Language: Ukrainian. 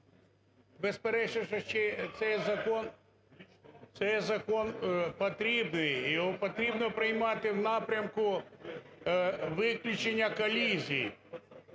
безперечно, що цей закон потрібний і його потрібно приймати в напрямку виключення колізій.